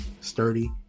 sturdy